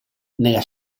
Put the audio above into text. nella